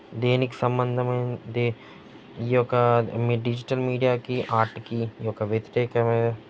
దీనికి సంబంధమైనదే ఈ యొక్క డిజిటల్ మీడియాకి ఆర్ట్కి ఈ యొక్క వ్యతిరేకమైన